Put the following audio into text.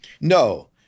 No